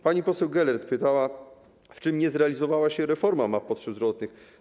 Pani poseł Gelert pytała, w czym nie zrealizowała się reforma map potrzeb zdrowotnych.